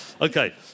Okay